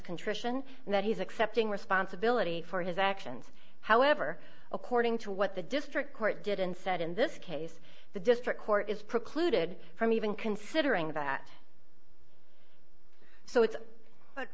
contrition and that he's accepting responsibility for his actions however according to what the district court did and said in this case the district court is precluded from even considering that so it's